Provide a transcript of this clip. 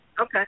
Okay